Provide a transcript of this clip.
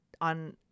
on